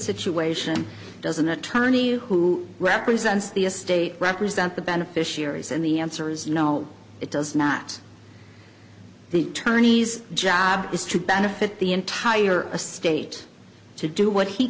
situation doesn't attorney who represents the estate represent the beneficiaries and the answer is no it does not the attorney's job is to benefit the entire estate to do what he